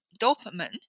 dopamine